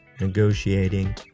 negotiating